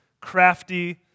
crafty